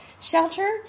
shelter